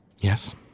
Yes